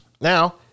Now